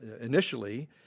initially